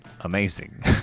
amazing